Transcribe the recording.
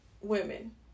women